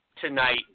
tonight